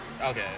Okay